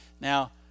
Now